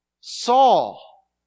Saul